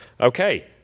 Okay